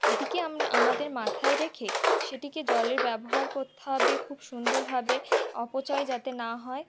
এটিকে আমরা আমাদের মাথায় রেখে সেটিকে জলের ব্যবহার করতে হবে খুব সুন্দরভাবে অপচয় যাতে না হয়